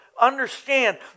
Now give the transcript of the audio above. understand